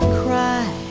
cry